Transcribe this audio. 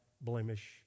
blemish